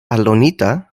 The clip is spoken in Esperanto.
aldonita